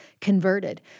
converted